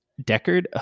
Deckard